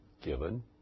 given